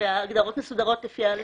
ההגדרות מסודרות לפי אל"ף-בי"ת,